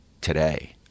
today